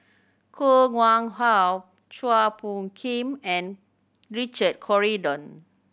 Koh Nguang How Chua Phung Kim and Richard Corridon